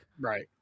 Right